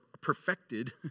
perfected